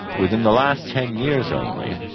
within the last ten years only,